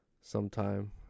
Sometime